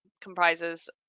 Comprises